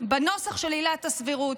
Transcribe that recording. בנוסח של עילת הסבירות.